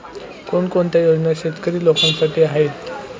कोणकोणत्या योजना शेतकरी लोकांसाठी आहेत?